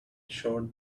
short